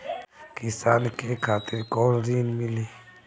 किसान के खातिर कौन ऋण मिली?